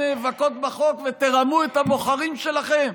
נאבקות בחוק ותרמו את הבוחרים שלכן?